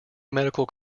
medical